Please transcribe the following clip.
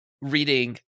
reading